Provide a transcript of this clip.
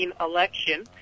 election